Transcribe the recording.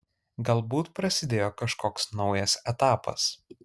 galbūt prasidėjo kažkoks naujas etapas